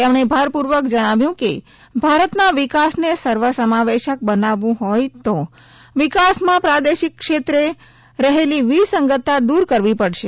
તેમણે ભારપૂર્વક જણાવ્યુ કે ભારતના વિકાસને સર્વસમાવેશક બનાવું હોય તો વિકાસમા પ્રાદેશિક ક્ષેત્રે રહેલી વિસંગતતા દૂર કરવી પડશે